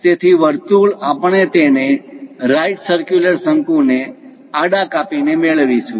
તેથી વર્તુળ આપણે તેને રાઈટ સરક્યુલર શંકુ ને આડા કાપીને મેળવીશું